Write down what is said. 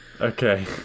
Okay